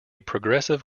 progressive